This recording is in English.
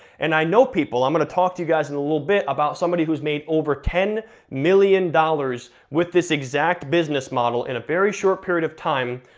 and i know people, i'm gonna talk to you guys in a little bit about somebody who's made over ten million dollars with this exact business model, in a very short period of time,